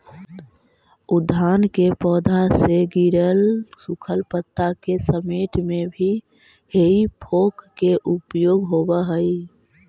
उद्यान के पौधा से गिरल सूखल पता के समेटे में भी हेइ फोक के उपयोग होवऽ हई